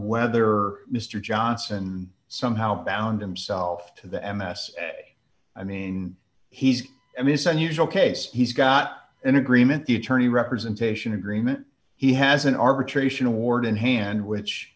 whether mr johnson somehow bound him self to the n s a i mean he's i mean it's unusual case he's got an agreement the attorney representation agreement he has an arbitration award in hand which